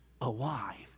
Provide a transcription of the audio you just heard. alive